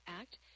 Act